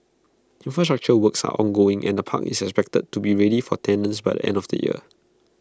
infrastructure works are ongoing and the park is expected to be ready for tenants by the end of the year